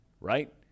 right